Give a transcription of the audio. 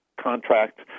contract